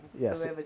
Yes